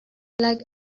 like